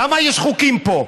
למה יש חוקים פה?